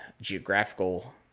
geographical